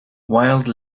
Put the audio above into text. wild